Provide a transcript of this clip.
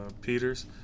Peters